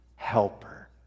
helper